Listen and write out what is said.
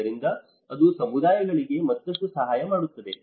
ಇದರಿಂದ ಅದು ಸಮುದಾಯಗಳಿಗೆ ಮತ್ತಷ್ಟು ಸಹಾಯ ಮಾಡುತ್ತದೆ